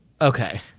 Okay